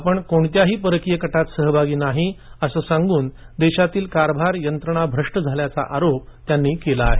आपण कोणत्याही परकीय कटात सहभागी नाही असं सांगून देशातील कारभार यंत्रणा भ्रष्ट असल्याचां आरोपही त्यांनी केला आहे